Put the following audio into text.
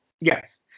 Yes